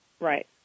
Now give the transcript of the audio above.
Right